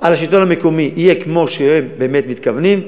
על השלטון המקומי יהיה כמו שהם באמת מתכוונים,